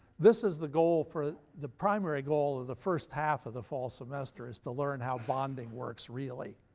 this is the goal for, the primary goal of the first half of the fall semester is to learn how bonding works really,